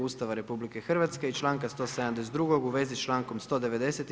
Ustava RH i članka 172. u vezi s člankom 190.